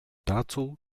dazu